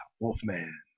Wolfman